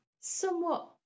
Somewhat